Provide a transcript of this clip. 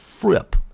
frip